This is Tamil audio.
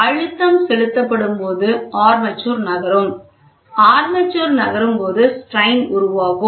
அழுத்தம் செலுத்தப்படும் போது ஆர்மேச்சர் நகரும் ஆர்மேச்சர் நகரும் போது strains உருவாகும்